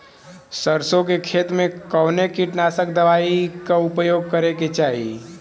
सरसों के खेत में कवने कीटनाशक दवाई क उपयोग करे के चाही?